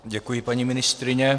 Děkuji, paní ministryně.